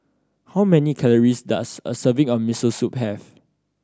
how many calories does a serving of Miso Soup have